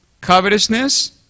covetousness